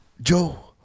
joe